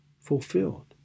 fulfilled